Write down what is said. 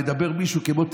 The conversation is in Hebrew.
מדבר מישהו כמו,